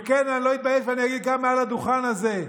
וכן, אני לא אתבייש ואני אגיד גם מעל הדוכן הזה: